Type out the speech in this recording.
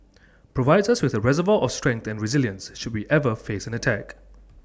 provides us with A reservoir of strength and resilience should we ever face an attack